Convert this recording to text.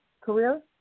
career